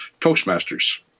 Toastmasters